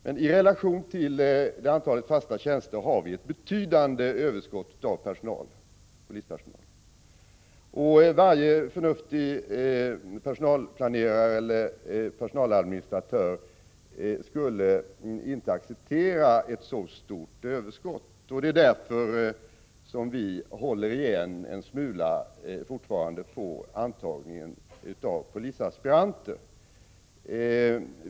Men i relation till antalet fasta tjänster har vi ett betydande överskott av polispersonal. Ingen förnuftig personalplanerare eller personaladministratör skulle acceptera ett så stort överskott. Det är därför som vi fortfarande håller igen en smula på antagningen av polisaspiranter.